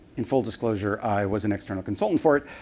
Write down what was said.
and full disclosure, i was and external consultant for it,